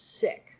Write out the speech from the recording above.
sick